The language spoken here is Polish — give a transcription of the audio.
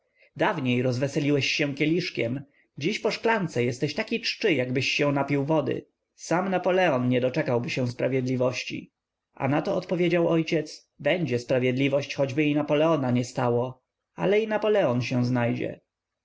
dawniej rozweseliłeś się kieliszkiem dziś po szklance jesteś taki czczy jakbyś się napił wody sam napoleon nie doczekałby się sprawiedliwości a na to odpowiedział ojciec będzie sprawiedliwość choćby i napoleona nie stało ale i napoleon się znajdzie